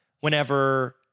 Whenever